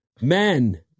Men